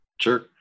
Sure